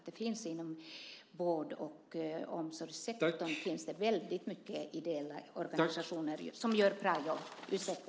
Det finns inom vård och omsorgssektorn väldigt många ideella organisationer som gör bra jobb.